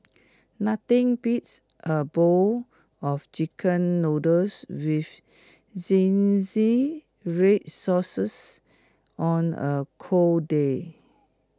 nothing beats A bowl of Chicken Noodles with zingy red sauces on A cold day